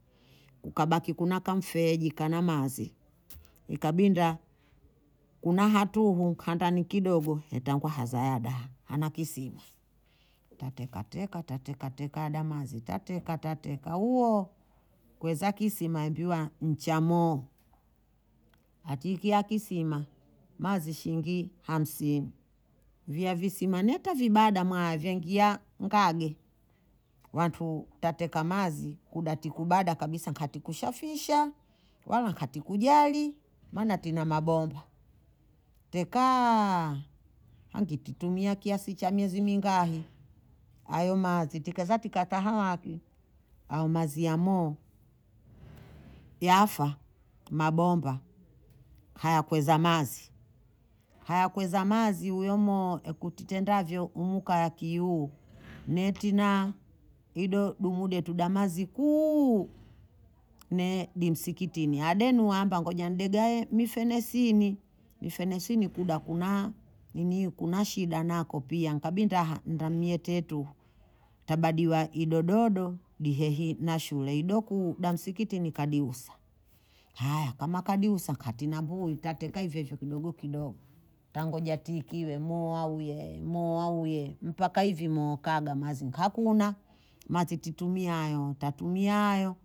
Ukabaki kuna kamfeji kana mazi. Ikabinda, kuna hatu uhu, kanta nikidogo, etangu haza yada ha. Hana kisima. Tateka teka, tateka teka yada mazi. Tateka, tateka. Uho, kweza kisima ebiwa mchamo. Atikia kisima, mazi shingi hamsi. Vyavisima neta vibada maa vengia ngage. Wantu tateka mazi kunda tikubada kabisa kati kushafisha. Wala kati kujali. Mana tina mabomba. Tekaaaa hangi titumia kiasi cha amyezi mingahi. Ayo mazi. Tikezati kata hawaki. Ayo mazi yamo yafa mabomba. Haya kweza mazi. Haya kweza mazi uyomo ekutitenda vyo umuka ya kiyu netina. Ido dumude tuda mazi kuuuu. Ne, dimsikitini. Adenu wabango nyandega e, mifenesini. Mifenesini kunda kuna, kuna nini hi shida nako pia. Nkabinda ndamietetu. Tabadiwa idododo, dihehi na shule. Idoku damsikitini kadihusa. Haya, kamakadihusa katina bui. Tateka hivyo hivyo kidogo kidogo. Tanguja tikiwe, mua uye, mua uye. Mpaka hivyo mua kaga mazi nkakuna. Mazi titumia ayo, tatumia ayo.